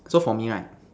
so for me right